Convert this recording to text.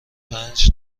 پنج